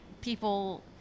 people